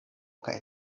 kaj